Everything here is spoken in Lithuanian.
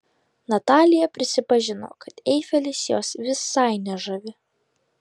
natalija prisipažino kad eifelis jos visai nežavi